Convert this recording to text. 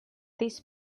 this